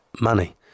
money